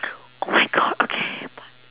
oh my god okay but